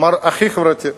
אמר: הכי חברתי.